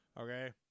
Okay